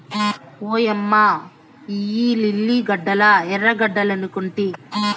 ఓయమ్మ ఇయ్యి లిల్లీ గడ్డలా ఎర్రగడ్డలనుకొంటి